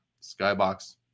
Skybox